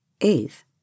Eighth